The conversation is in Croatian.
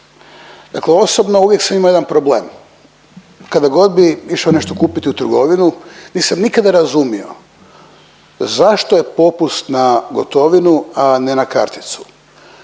Dakle, osobno uvijek sam imamo jedan problem kada god bi išao nešto kupiti u trgovinu nisam nikada razumio zašto je popust na gotovinu, a ne na karticu.